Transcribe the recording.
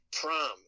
prom